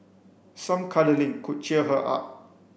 some cuddling could cheer her up